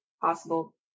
possible